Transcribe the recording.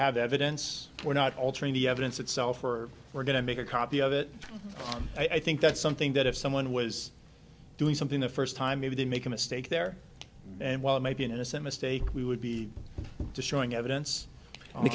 have evidence we're not altering the evidence itself or we're going to make a copy of it i think that's something that if someone was doing something the first time maybe they make a mistake there and while it may be an innocent mistake we would be destroying evidence on the